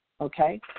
Okay